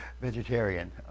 vegetarian